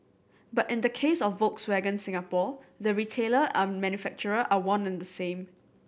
but in the case of Volkswagen Singapore the retailer and manufacturer are one and the same